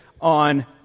on